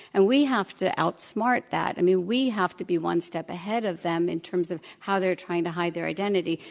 and we have to outsmart that. five i mean, we have to be one step ahead of them in terms of how they're trying to hide their identity.